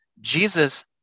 jesus